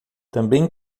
também